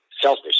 selfish